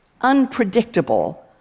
unpredictable